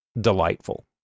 delightful